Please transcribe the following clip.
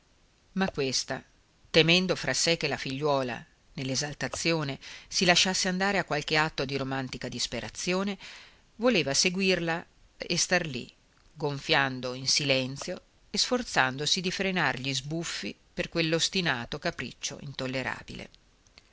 ma questa temendo fra sé che la fanciulla nell'esaltazione si lasciasse andare a qualche atto di romantica disperazione voleva seguirla e star lì gonfiando in silenzio e sforzandosi di frenar gli sbuffi per quell'ostinato capriccio intollerabile